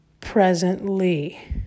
presently